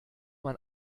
man